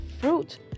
fruit